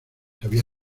había